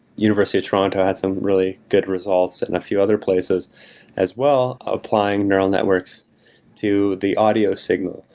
university of toronto had some really good results and a few other places as well applying neural networks to the audio signal.